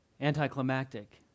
anticlimactic